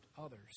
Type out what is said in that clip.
others